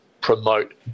promote